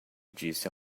disse